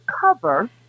cover